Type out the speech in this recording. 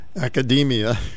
academia